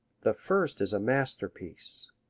the first is a masterpiece.